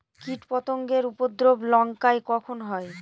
কীটপতেঙ্গর উপদ্রব লঙ্কায় কখন হয়?